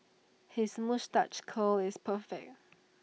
his moustache curl is perfect